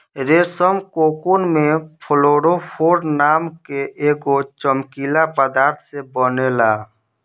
रेशम कोकून में फ्लोरोफोर नाम के एगो चमकीला पदार्थ से बनेला